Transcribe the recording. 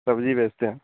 सब्ज़ी बेचते हैं